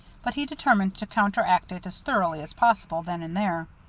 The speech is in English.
but he determined to counteract it as thoroughly as possible, then and there.